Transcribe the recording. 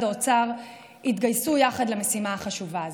האוצר יתגייסו יחד למשימה החשובה הזאת.